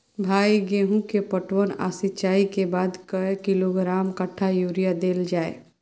भाई गेहूं के पटवन आ सिंचाई के बाद कैए किलोग्राम कट्ठा यूरिया देल जाय?